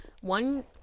one